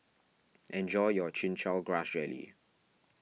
enjoy your Chin Chow Grass Jelly